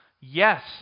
Yes